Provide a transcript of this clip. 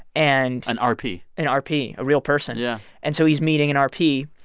and. an rp an rp a real person yeah and so he's meeting an rp.